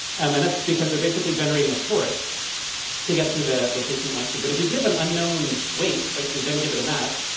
um and that's because they're basically generating a force to get to the location it wants to. but if you give an unknown weight, you then give it a mass,